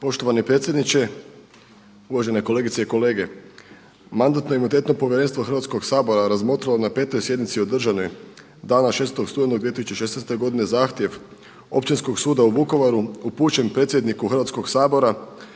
Poštovani predsjedniče, uvažene kolegice i kolege Mandatno-imunitetno povjerenstvo Hrvatskog sabora razmotrilo je na 5. sjednici održanoj dana 6. studenog 2016. godine zahtjev Općinskog suda u Vukovaru upućen predsjedniku Hrvatskog sabora